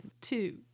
two